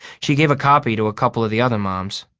she gave a copy to a couple of the other moms.